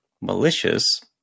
malicious